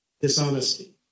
dishonesty